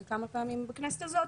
₪.